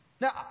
Now